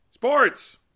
Sports